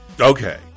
Okay